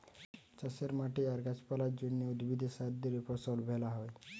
চাষের মাঠে আর গাছ পালার জন্যে, উদ্ভিদে সার দিলে ফসল ভ্যালা হয়